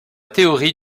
théorie